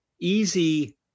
easy